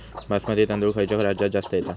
बासमती तांदूळ खयच्या राज्यात जास्त येता?